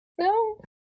No